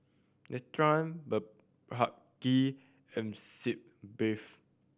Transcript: Nutren Blephagel and Sitz Bath